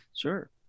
Sure